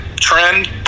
trend